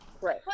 Right